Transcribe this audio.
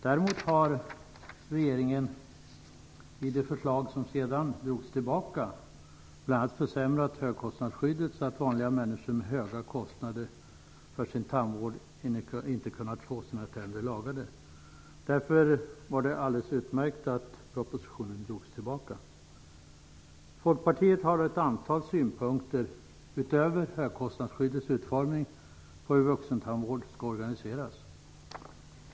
Däremot försämrade regeringen i det förslag som sedan drogs tillbaka bl.a. högkostnadsskyddet så att vanliga människor med höga kostnader för sin tandvård inte kunde få sina tänder lagade. Därför var det alldeles utmärkt att propositionen drogs tillbaka. Folkpartiet har ett antal synpunkter på, utöver högkostnadsskyddets utformning, hur vuxentandvård skall organiseras.